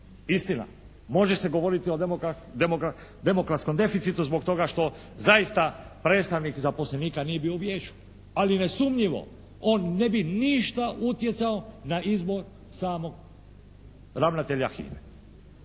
Istina, može se govoriti o demokratskom deficitu zbog toga što zaista predstavnik zaposlenika nije bio u Vijeću. Ali nesumnjivo on ne bi ništa utjecao na izbor samog ravnatelja HINA-e.